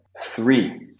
Three